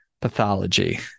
pathology